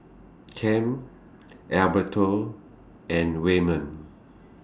Kem Alberto and Wayman